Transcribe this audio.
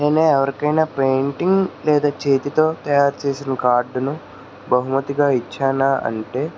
నేనే ఎవరికైనా పెయింటింగ్ లేదా చేతితో తయారు చేసిన కార్డును బహుమతిగా ఇచ్చానా అంటే